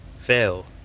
fail